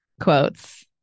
quotes